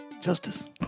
Justice